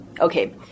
Okay